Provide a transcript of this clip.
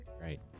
Right